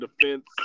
defense